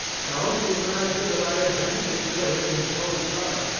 don't imagine that i intended to kill him in cold blood.